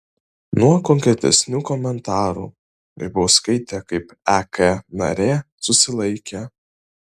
nuo konkretesnių komentarų grybauskaitė kaip ek narė susilaikė